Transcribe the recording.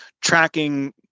tracking